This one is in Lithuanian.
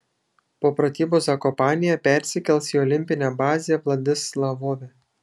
po pratybų zakopanėje persikels į olimpinę bazę vladislavove